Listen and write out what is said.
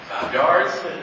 yards